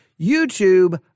YouTube